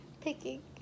picking